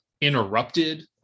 interrupted